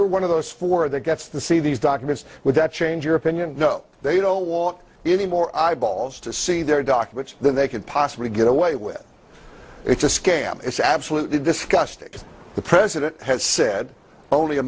but one of those four that gets the see these documents would that change your opinion no they don't walk any more eyeballs to see their documents than they can possibly get away with it's a scale it's absolutely disgusting the president has said only a